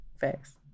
facts